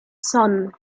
son